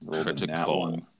Critical